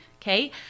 okay